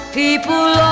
people